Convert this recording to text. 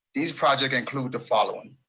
these projects include the following.